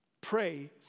Pray